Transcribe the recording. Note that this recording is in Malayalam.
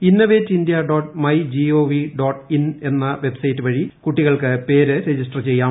innovate India dot my G O V dot in എന്ന വെബ്സൈറ്റ് വഴി കുട്ടികൾക്ക് പേര് രജിസ്റ്റർ ചെയ്യാം